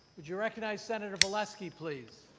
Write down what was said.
would you recognize senator valesky, please.